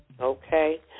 Okay